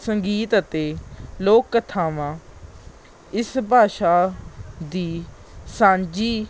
ਸੰਗੀਤ ਅਤੇ ਲੋਕ ਕਥਾਵਾਂ ਇਸ ਭਾਸ਼ਾ ਦੀ ਸਾਂਝੀ